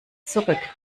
zurück